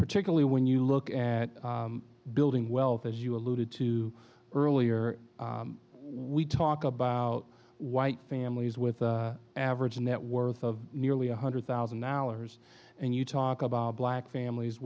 particularly when you look at building wealth as you alluded to earlier we talk about white families with the average net worth of nearly one hundred thousand dollars and you talk about black families